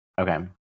Okay